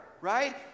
right